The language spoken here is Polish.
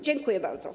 Dziękuję bardzo.